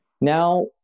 Now